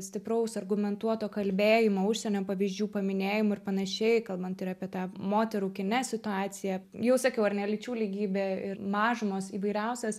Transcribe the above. stipraus argumentuoto kalbėjimo užsienio pavyzdžių paminėjimų ir panašiai kalbant ir apie tą moterų kine situaciją jau sakiau ar ne lyčių lygybė ir mažumos įvairiausias